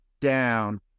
down